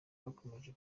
rwakomeje